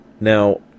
Now